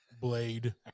Blade